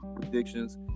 predictions